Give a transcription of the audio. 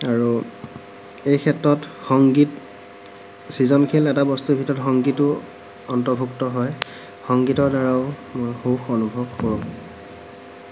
আৰু এই ক্ষেত্ৰত সংগীত সৃজনশীল এটা বস্তুৰ ভিতৰত সংগীতো অন্তৰ্ভুক্ত হয় সংগীতৰ দ্বাৰাও মই সুখ অনুভৱ কৰোঁ